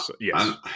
yes